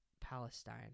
Palestine